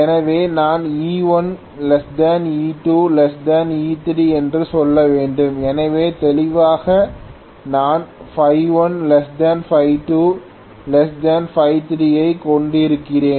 எனவே நான் E1 E2 E3 என்று சொல்ல வேண்டும் எனவே தெளிவாக நான் Φ1 Φ2 Φ3 ஐ கொண்டிருக்கிறேன்